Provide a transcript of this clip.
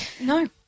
No